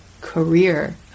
career